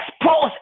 expose